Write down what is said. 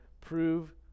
prove